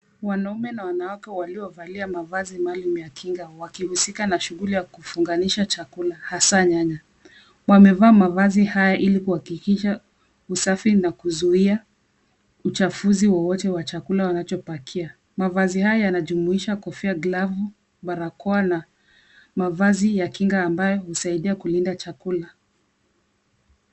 Mwanamume na wanawake waliovalia mavazi maalum ya kinga wakihusika na shughuli ya kufunganisha chakula hasaa nyanya. Wamevaa mavazi haya ili kuhakikisha usafi na kuzuia uchafuzi wowote wa chakula wanachopakia. Mavazi haya yanajumuisha kofia, glavu, barakoa na mavazi ya kinga ambayo husaidia kulinda chakula.